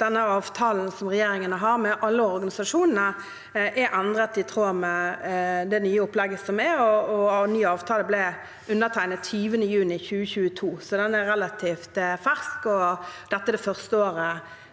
den avtalen regjeringen har med alle organisasjonene, er endret i tråd med det nye opplegget. Ny avtale ble undertegnet 20. juni 2022, så den er relativt fersk. Dette er det første året